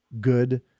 good